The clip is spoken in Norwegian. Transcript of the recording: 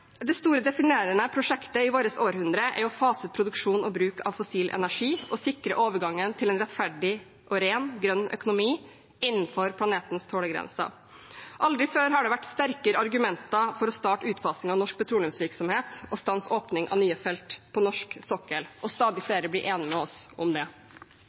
Det store definerende prosjektet i vårt århundre er å fase ut produksjonen og bruken av fossil energi og sikre overgangen til en rettferdig og ren grønn økonomi innenfor planetens tålegrense. Aldri før har det vært sterkere argumenter for å starte utfasing av norsk petroleumsvirksomhet og stanse åpning av nye felt på norsk sokkel – og stadig flere blir enige med oss om det.